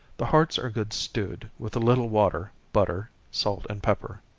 the hearts are good stewed, with a little water, butter, salt, and pepper.